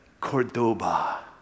Cordoba